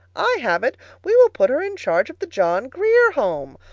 i have it! we will put her in charge of the john grier home.